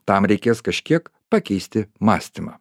tam reikės kažkiek pakeisti mąstymą